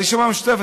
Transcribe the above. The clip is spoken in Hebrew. הרשימה המשותפת,